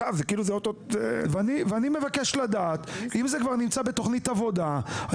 --- אם זה כבר נמצא בתכנית עבודה,